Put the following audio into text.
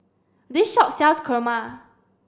this shop sells Kurma